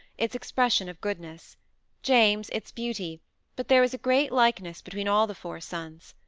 its expression of goodness james, its beauty but there was a great likeness between all the four sons.